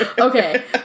okay